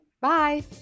Bye